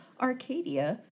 Arcadia